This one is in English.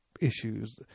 issues